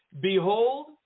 Behold